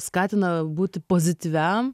skatina būti pozityviam